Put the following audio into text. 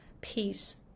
peace